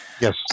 yes